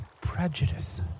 prejudice